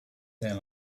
there